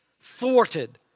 thwarted